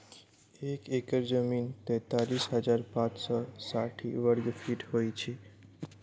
एक एकड़ जमीन तैँतालिस हजार पाँच सौ साठि वर्गफीट होइ छै